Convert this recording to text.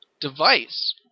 device